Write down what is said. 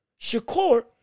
Shakur